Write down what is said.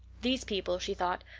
these people, she thought,